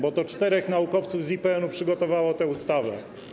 Bo to czterech naukowców z IPN przygotowało tę ustawę.